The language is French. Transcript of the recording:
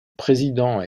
président